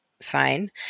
fine